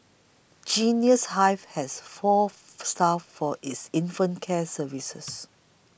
Genius Hive has four staff for its infant care services